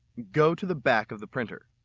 go to the back of the printer.